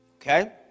Okay